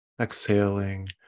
exhaling